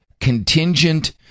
contingent